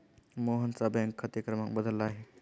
मोहनचा बँक खाते क्रमांक बदलला आहे